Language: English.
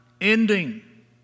ending